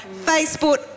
Facebook